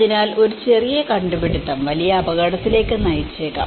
അതിനാൽ ഒരു ചെറിയ കണ്ടുപിടുത്തം വലിയ അപകടത്തിലേക്ക് നയിച്ചേക്കാം